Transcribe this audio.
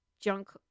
junk